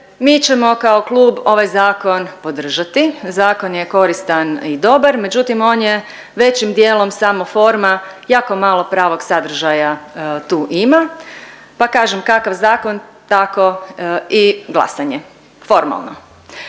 mi ćemo kao klub ovaj zakon podržati. Zakon je koristan i dobar, međutim on je većim dijelom samo forma, jako malo pravog sadržaja tu ima, pa kažem kakav zakon tako i glasanje, formalno.